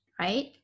right